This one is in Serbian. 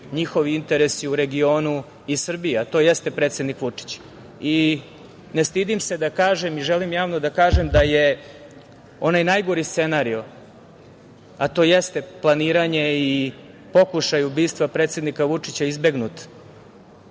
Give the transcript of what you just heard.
njihovi interesi u regionu i Srbija, a to jeste predsednik Vučić. Ne stidim se da kažem, i želim javno da kažem da je onaj najgori scenarijo, a to jeste planiranje i pokušaj ubistva predsednika Vučića izbegnut